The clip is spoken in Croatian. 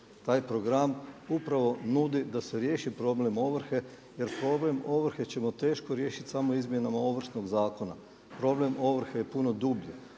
Taj program upravo nudi da se riješi problem ovrhe jer problem ovrhe ćemo teško riješiti samo izmjenama Ovršnog zakona. Problem ovrhe je puno dublji.